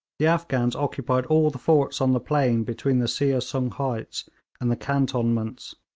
the afghans occupied all the forts on the plain between the seah sung heights and the cantonments,